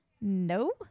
No